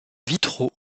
vitraux